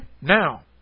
Now